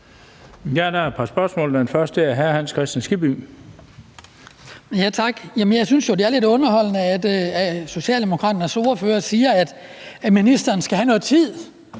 Jeg synes jo, det er lidt underholdende, at Socialdemokraternes ordfører siger, at ministeren skal have noget tid,